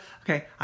Okay